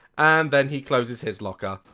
and then he closes his locker